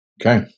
okay